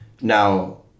Now